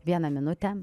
vieną minutę